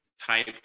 type